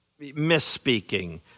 misspeaking